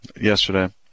yesterday